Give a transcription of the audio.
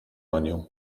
anię